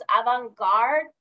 avant-garde